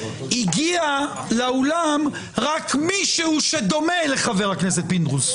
הגיע לאולם מישהו שרק דומה לחבר הכנסת פינדרוס,